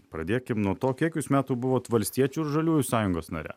pradėkim nuo to kiek jūs metų buvot valstiečių ir žaliųjų sąjungos nare